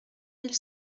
mille